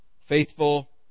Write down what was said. Faithful